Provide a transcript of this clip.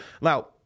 now